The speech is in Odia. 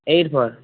eight four